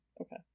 Okay